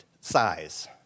size